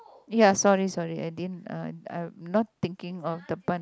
ya sorry sorry I didn't uh ah not thinking of the